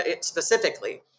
specifically